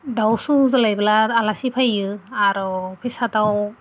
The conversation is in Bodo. दाउ सौज्लायब्ला आलासि फैयो आरो फेसा दाउ